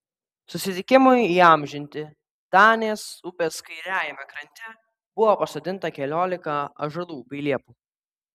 susitikimui įamžinti danės upės kairiajame krante buvo pasodinta keliolika ąžuolų bei liepų